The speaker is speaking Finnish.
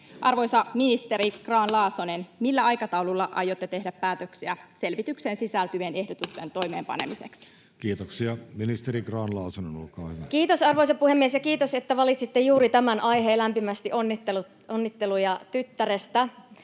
Arvoisa ministeri Grahn-Laasonen, millä aikataululla aiotte tehdä päätöksiä selvitykseen sisältyvien ehdotusten toimeenpanemiseksi? Kiitoksia. — Ministeri Grahn-Laasonen, olkaa hyvä. Kiitos, arvoisa puhemies! Kiitos, että valitsitte juuri tämän aiheen, ja lämpimästi onnitteluja tyttärestä.